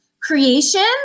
creation